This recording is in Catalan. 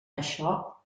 això